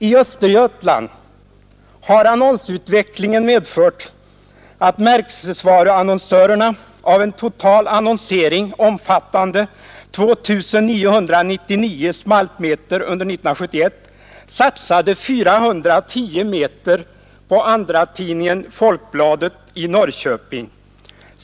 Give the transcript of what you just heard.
I Östergötland har annonsutvecklingen medfört att märkesvaruannonsörerna av en total annonsering omfattande 2 999 spaltmeter under 1971 satsade 410 meter på andratidningen Folkbladet i Norrköping.